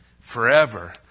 Forever